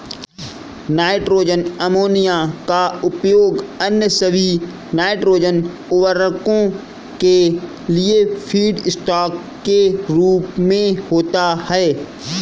nitrogen ammonia का उपयोग अन्य सभी नाइट्रोजन उवर्रको के लिए फीडस्टॉक के रूप में होता है